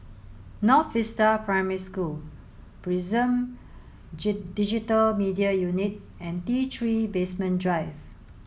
North Vista Primary School Prison Digital Media Unit and T three Basement Drive